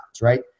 Right